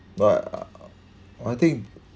ah I think